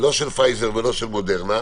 לא של פייזר ולא של מודרנה,